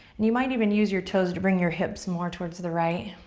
and you might even use your toes to bring your hips more towards the right.